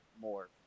more